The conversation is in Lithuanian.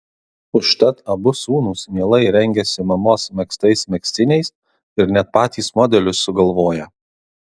užtat abu sūnūs mielai rengiasi mamos megztais megztiniais ir net patys modelius sugalvoja